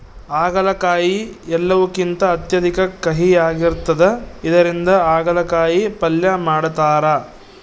ಆಗಲಕಾಯಿ ಎಲ್ಲವುಕಿಂತ ಅತ್ಯಧಿಕ ಕಹಿಯಾಗಿರ್ತದ ಇದರಿಂದ ಅಗಲಕಾಯಿ ಪಲ್ಯ ಮಾಡತಾರ